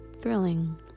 thrilling